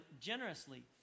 generously